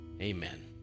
amen